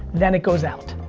then it goes out.